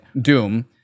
doom